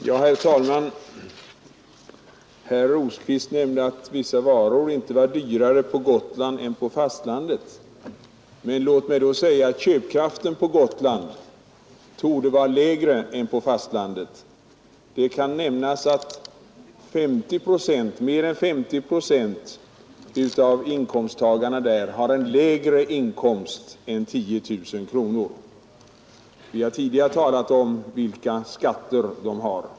Herr talman! Herr Rosqvist nämnde att vissa varor inte var dyrare på Gotland än på fastlandet. Men låt mig då säga att köpkraften på Gotland torde vara mindre än på fastlandet. Det kan nämnas att mer än 50 procent av öns inkomsttagare har lägre inkomst än 10 000 kronor per år. Vi har tidigare talat om vilka skatter de har.